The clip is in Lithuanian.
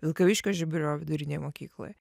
vilkaviškio žiburio vidurinėj mokykloj